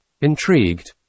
Intrigued